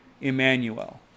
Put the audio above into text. Emmanuel